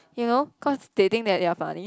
you know cause they think that they are funny